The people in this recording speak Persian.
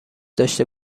داشته